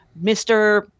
Mr